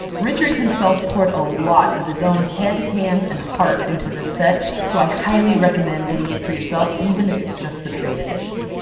richard, himself, poured a lot of his own head, hands, and heart into this set, so i highly recommend getting it for yourself, even if it's just the trade edition!